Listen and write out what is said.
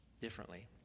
differently